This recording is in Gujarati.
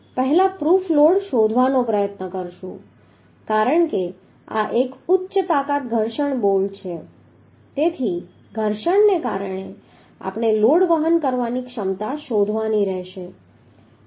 પહેલા પ્રૂફ લોડ શોધવાનો પ્રયત્ન કરશુ કારણ કે આ એક ઉચ્ચ તાકાત ઘર્ષણ બોલ્ટ છે તેથી ઘર્ષણને કારણે આપણે લોડ વહન કરવાની ક્ષમતા શોધવાની રહેશે